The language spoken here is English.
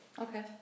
Okay